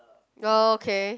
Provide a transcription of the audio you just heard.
okay